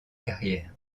carrière